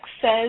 says